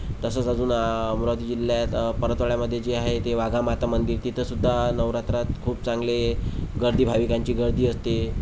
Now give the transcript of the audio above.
तसंच अजून अमरावती जिल्ह्यात परतवाड्यामध्ये जे आहे ते वाघा माता मंदिर तिथंसुद्धा नवरात्रात खूप चांगले गर्दी भाविकांची गर्दी असते